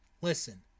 Listen